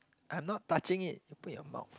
I'm not touching it you put in your mouth